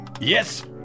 Yes